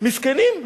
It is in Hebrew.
מסכנים.